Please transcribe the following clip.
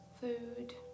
food